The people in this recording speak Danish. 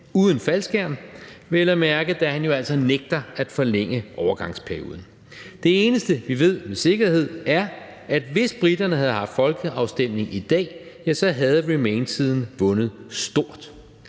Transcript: uden faldskærm vel at mærke – da han jo altså nægter at forlænge overgangsperioden. Det eneste, vi ved med sikkerhed, er, at hvis briterne havde haft folkeafstemning i dag, ja, så havde remainsiden vundet stort.